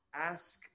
Ask